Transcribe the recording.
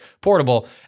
portable